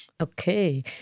Okay